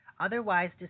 otherwise